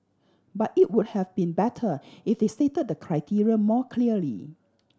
but it would have been better if they stated the criteria more clearly